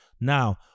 now